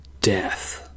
death